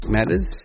Matters